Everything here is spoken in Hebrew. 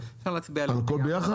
אפשר להצביע עליהן,